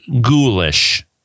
ghoulish